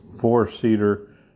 four-seater